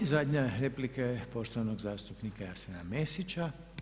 I zadnja replika je poštovanog zastupnika Jasena Mesića.